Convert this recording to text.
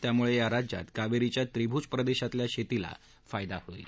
त्यामुळे या राज्यात कावेरीच्या त्रिभूज प्रदेशातल्या शेतीला फायदा होणार आहे